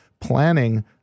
planning